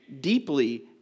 deeply